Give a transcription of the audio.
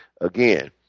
Again